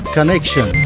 Connection